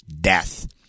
death